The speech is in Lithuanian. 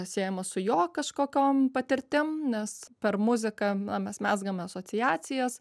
siejamas su jo kažkokiom patirtim nes per muziką na mes mezgame asociacijas